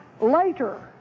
later